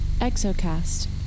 Exocast